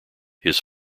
his